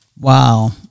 Wow